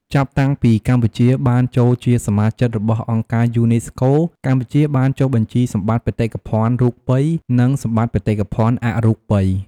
ចាប់តាំងពីកម្ពុជាបានចូលជាសមាជិករបស់អង្គការយូណេស្កូ កម្ពុជាបានចុះបញ្ជីសម្បតិ្តបេតិកភណ្ឌរូបី និងសម្បត្តិបេតិកភណ្ឌអរូបី។